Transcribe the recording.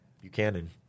Buchanan